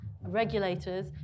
regulators